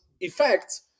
effects